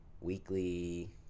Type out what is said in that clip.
weekly